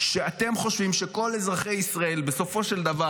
אתם חושבים שכל אזרחי ישראל בסופו של דבר,